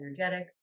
energetic